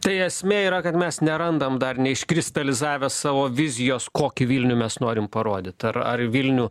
tai esmė yra kad mes nerandam dar neiškristalizavę savo vizijos kokį vilnių mes norim parodyt ar ar vilnių